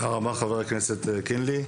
תודה רבה, חבר הכנסת קינלי.